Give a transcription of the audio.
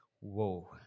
Whoa